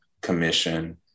commission